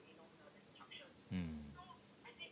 mm